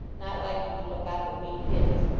not liking to look up and meet his,